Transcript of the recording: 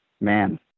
Man